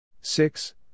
six